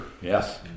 Yes